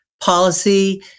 policy